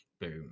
boom